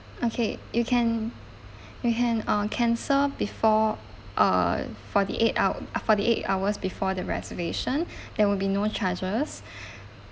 okay you can you can uh cancel before uh forty eight hou~ uh forty eight hours before the reservation there will be no charges